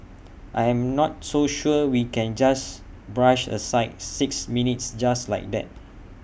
I'm not so sure we can just brush aside six minutes just like that